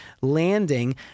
landing